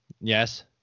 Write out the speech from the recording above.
yes